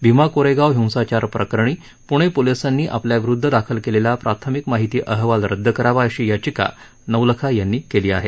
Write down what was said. भीमा कोरेगाव हिंसाचार प्रकरणी प्णे पोलिसांनी आपल्याविरुद्ध दाखल केलेला प्राथमिक माहिती अहवाल रद्द करावा अशी याचिका नवलखा यांनी केली आहे